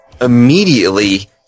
immediately